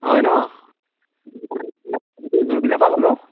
হয় ন পৰা ক'লো